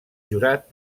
jurat